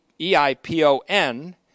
E-I-P-O-N